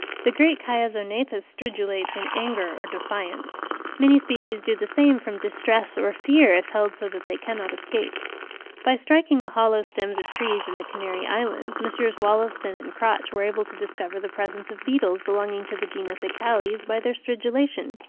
the great chiasognathus stridulates in anger or defiance many species do the same from distress or fear, if held so that they cannot escape by striking the hollow stems of trees in the canary islands, messrs. wollaston and crotch were able to discover the presence of beetles belonging to the genus acalles by their stridulation.